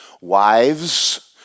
Wives